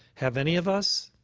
have any of us?